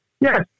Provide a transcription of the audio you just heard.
Yes